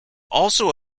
also